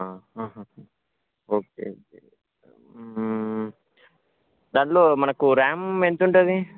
okay okay దాంట్లో మనకు RAM ఎంత ఉంటుంది